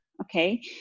okay